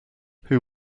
who